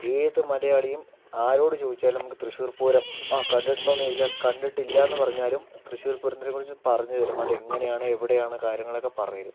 ഏത് മലയാളിയും ആരോട് ചോദിച്ചാലും നമ്മക്ക് തൃശ്ശൂര് പൂരം ആ കണ്ടിട്ടുണ്ടോയെന്ന് ചോദിച്ചാൽ കണ്ടിട്ടില്ലായെന്നു പറഞ്ഞാലും തൃശ്ശൂര് പൂരത്തിനെക്കുറിച്ച് പറഞ്ഞു വരുമ്പോൾ അതെങ്ങനെയാണ് എവിടെയാണ് കാര്യങ്ങളൊക്കെ പറഞ്ഞു തരും